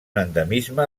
endemisme